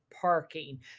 parking